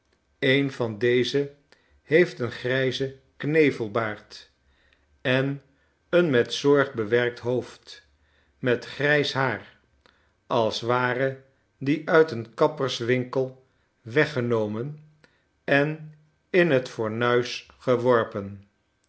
een van deze heeft een grijzen knevelbaard en een met zorg bewerkt hoofd met grijs haar als ware die uit een kapperswinkel weggenomen en in het fornuis geworpen